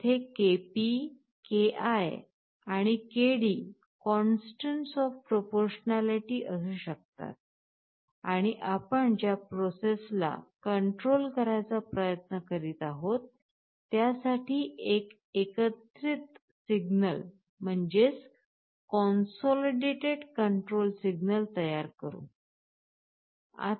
येथे Kp Ki आणि Kd constants of proportionality असू शकतात आणि आपण ज्या प्रोसेसला कंट्रोल करायचा प्रयत्न करीत आहोत त्यासाठी एक एकत्रीत नियंत्रण सिग्नल तयार करू